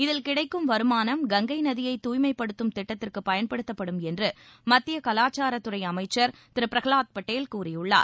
இதில் கிடைக்கும் வருமானம் கங்கை நதியை தூய்மைப்படுத்தும் திட்டத்திற்கு பயன்படுத்தப்படும் என்று மத்திய கலாச்சாரத் துறை அமைச்சர் திரு பிரஹலாத் பட்டேல் கூறியுள்ளார்